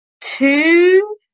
two